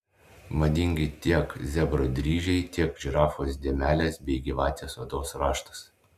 madingi tiek zebro dryžiai tiek žirafos dėmelės bei gyvatės odos raštas